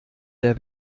der